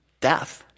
death